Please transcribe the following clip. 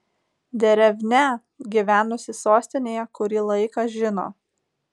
derevnia gyvenusi sostinėje kurį laiką žino